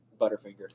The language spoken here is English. Butterfinger